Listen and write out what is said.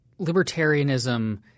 libertarianism